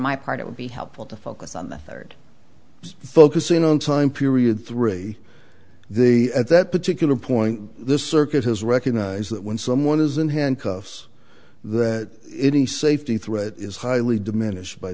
my part it would be helpful to focus on the third focusing on time period three the at that particular point this circuit has recognized that when someone is in handcuffs that any safety threat is highly diminished by